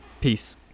Peace